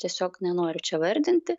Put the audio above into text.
tiesiog nenoriu čia vardinti